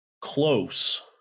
close